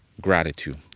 Gratitude